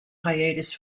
hiatus